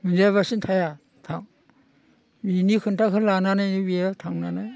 मोनजायाबासिनो थाया थां बिनि खोथाखौनो लानानै बियो थांनानै